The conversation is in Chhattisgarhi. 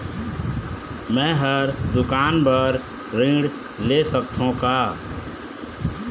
मैं हर दुकान बर ऋण ले सकथों का?